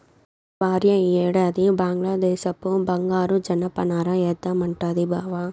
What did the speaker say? మా భార్య ఈ ఏడాది బంగ్లాదేశపు బంగారు జనపనార ఏద్దామంటాంది బావ